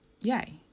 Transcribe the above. yay